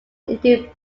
indo